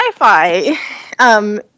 sci-fi